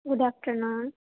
good afternoon